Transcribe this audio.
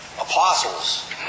apostles